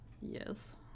Yes